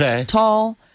tall